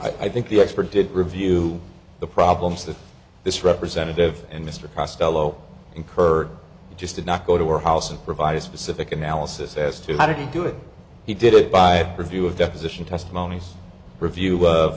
i think the expert did review the problems that this representative and mr krause tello incur just did not go to her house and provide a specific analysis as to how to do it he did it by review of deposition testimonies review